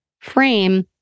frame